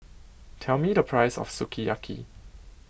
tell me the price of Sukiyaki